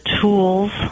tools